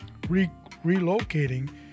relocating